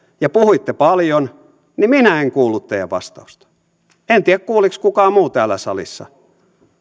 ja puhuitte paljon niin minä en kuullut teidän vastaustanne en tiedä kuuliko kukaan muu täällä salissa